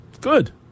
Good